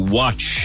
watch